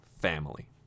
family